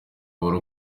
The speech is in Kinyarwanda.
buri